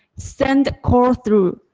send call through,